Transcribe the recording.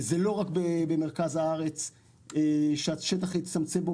לא רק במרכז הארץ השטח הצטמצם,